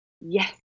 yes